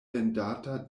vendata